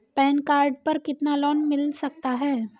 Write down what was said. Pan card पर कितना loan मिल सकता है?